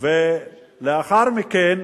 ולאחר מכן